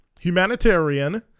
humanitarian